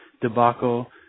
debacle